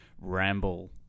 ramble